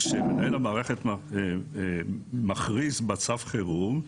כשמנהל המערכת מכריז על מצב חירום,